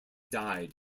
died